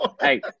Hey